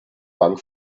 bank